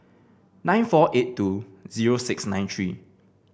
nine four eight two zero six nine three